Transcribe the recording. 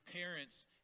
parents